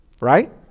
right